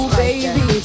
baby